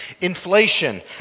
inflation